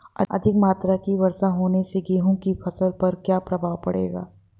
अधिक मात्रा की वर्षा होने से गेहूँ की फसल पर क्या प्रभाव पड़ेगा?